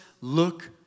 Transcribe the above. look